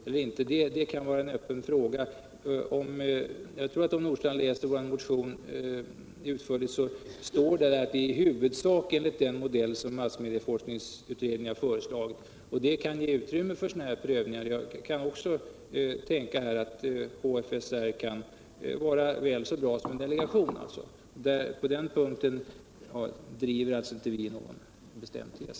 Om herr Nordstrandh läser vår motion noggrant finner han att det där står att vi vill ha ett förslag i huvudsak enligt den modell som massmedieforskningsutredningen har förordat. Det kan ge utrymme för prövning, och jag kan tänka mig att HSFR kan vara väl så bra som en delegation. På den punkten driver inte vi någon bestämd tes.